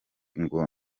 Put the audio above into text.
ngo